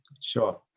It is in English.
Sure